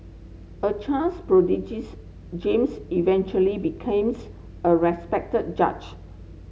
a chance prodigies James eventually became a respected judge